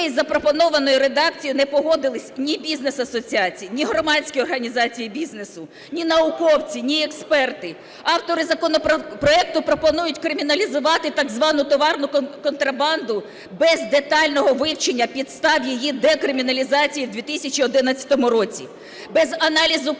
із запропонованою редакцією не погодилися ні бізнес-асоціації, ні громадські організації бізнесу, ні науковці, ні експерти. Автори законопроекту пропонують криміналізувати так звану "товарну контрабанду" без детального вивчення підстав її декриміналізації у 2011 році, без аналізу причин вкрай